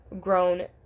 grown